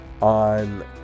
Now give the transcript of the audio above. on